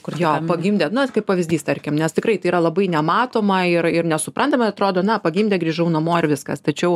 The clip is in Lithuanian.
kur jo pagimdė nu vat kaip pavyzdys tarkim nes tikrai tai yra labai nematoma ir ir nesuprantama atrodo na pagimdė grįžau namo ir viskas tačiau